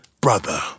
brother